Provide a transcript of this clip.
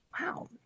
Wow